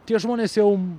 tie žmonės jau